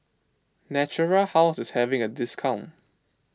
Natura House is having a discount